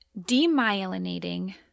demyelinating